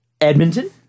Edmonton